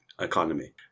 economy